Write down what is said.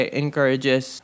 encourages